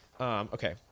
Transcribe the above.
Okay